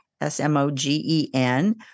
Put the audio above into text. S-M-O-G-E-N